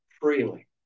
freely